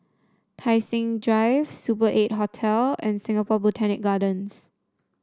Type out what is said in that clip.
Tai Seng Drive Super Eight Hotel and Singapore Botanic Gardens